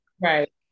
right